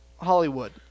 Hollywood